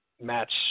Match